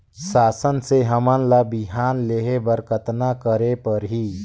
शासन से हमन ला बिहान लेहे बर कतना करे परही?